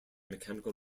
mechanical